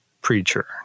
preacher